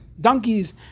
donkeys